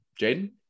Jaden